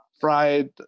fried